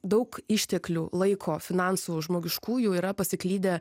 daug išteklių laiko finansų žmogiškųjų yra pasiklydę